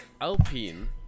Alpine